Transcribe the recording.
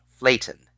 Flayton